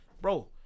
bro